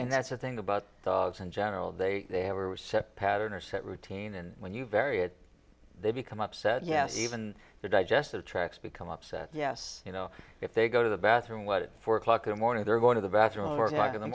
and that's the thing about dogs in general they they were set pattern or set routine and when you vary it they become upset yes even their digestive tracks become upset yes you know if they go to the bathroom what four o'clock in the morning they're going to the bathroom or